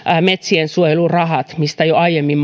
metsiensuojelurahoja joista jo aiemmin